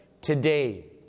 today